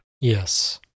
Yes